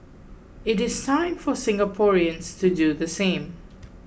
it is time for Singaporeans to do the same